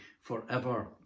forever